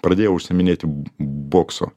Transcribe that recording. pradėjau užsiiminėti b boksu